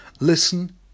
Listen